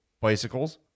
bicycles